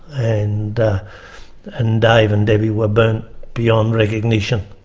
and and dave and debbie were burnt beyond recognition.